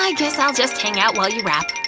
um guess i'll just hang out while you wrap.